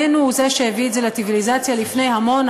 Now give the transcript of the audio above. עמנו הוא זה שהביא את זה לציוויליזציה לפני המון,